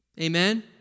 Amen